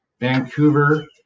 Vancouver